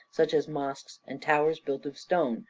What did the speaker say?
such as mosques and towers built of stone,